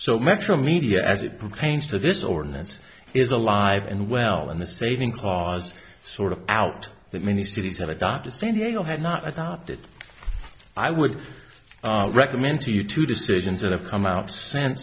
so metromedia as it pertains to this ordinance is alive and well and the saving clause sort of out that many cities have adopted san diego had not adopted i would recommend to you two decisions that have come out since